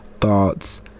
thoughts